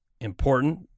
important